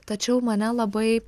tačiau mane labai